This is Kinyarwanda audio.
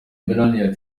melania